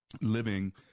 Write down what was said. living